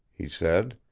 he said.